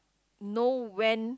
no when